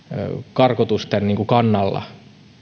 karkotusten kannalla